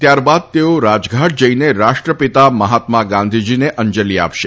ત્યારબાદ તેઓ રાજઘાટ જઈને રાષ્ટ્રપિતા મહાત્મા ગાંધીજીને અંજલી આપશે